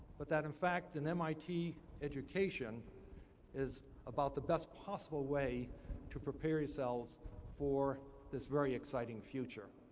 but that, in fact, an mit education is about the best possible way to prepare yourselves for this very exciting future.